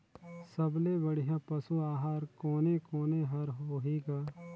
सबले बढ़िया पशु आहार कोने कोने हर होही ग?